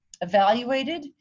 evaluated